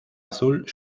azul